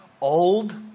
old